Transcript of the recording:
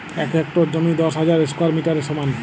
এক হেক্টর জমি দশ হাজার স্কোয়ার মিটারের সমান